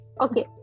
okay